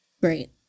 great